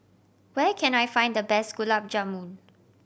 where can I find the best Gulab Jamun